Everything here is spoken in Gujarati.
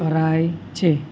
કરાય છે